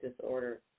disorder